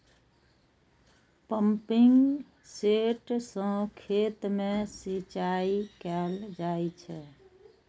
pumping set सं खेत मे सिंचाई कैल जाइ छै